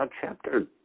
chapter